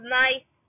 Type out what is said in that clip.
nice